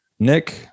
nick